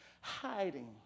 hiding